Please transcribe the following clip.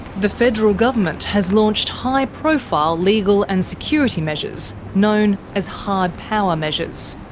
the federal government has launched high-profile legal and security measures, known as hard power measures.